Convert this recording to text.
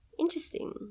interesting